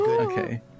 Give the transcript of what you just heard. Okay